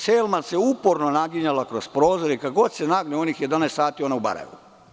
Selma se uporno naginjala kroz prozor i kada god se nagne, za onih 11 sati ona je u Barajevu.